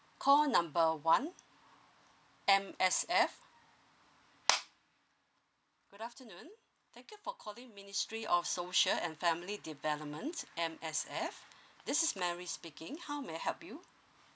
call number one M_S_F good afternoon thank you for calling ministry of social and family development M_S_F this is mary speaking how may I help you